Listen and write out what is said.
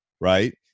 Right